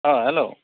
अ हेल'